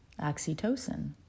Oxytocin